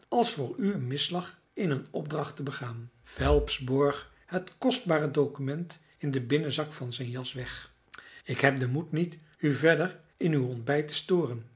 als voor u een misslag in een opdracht te begaan phelps borg het kostbare document in den binnenzak van zijn jas weg ik heb den moed niet u verder in uw ontbijt te storen